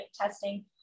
testing